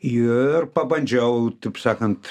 ir pabandžiau taip sakant